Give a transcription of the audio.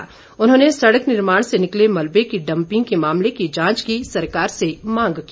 नरेंद्र बरागटा ने सड़क निर्माण से निकले मलबे की डंपिंग के मामले की जांच की सरकार से मांग की